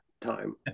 time